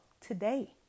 today